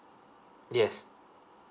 yes